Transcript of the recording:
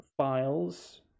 files